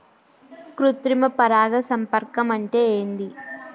కృత్రిమ పరాగ సంపర్కం అంటే ఏంది?